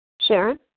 Sharon